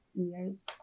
years